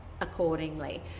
accordingly